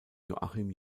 joachim